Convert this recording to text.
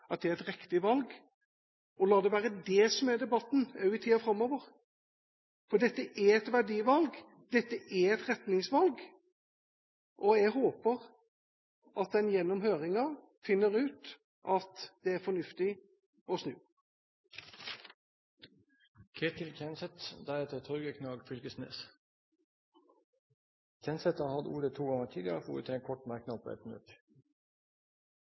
valg. Og la det være dét som er debatten også i tiden framover. For dette er et verdivalg, dette er et retningsvalg, og jeg håper at en gjennom høringen finner ut at det er fornuftig å snu. Representanten Ketil Kjenseth har hatt ordet to ganger tidligere og får ordet til en kort merknad, begrenset til 1 minutt.